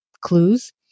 clues